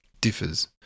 differs